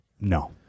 No